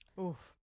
Oof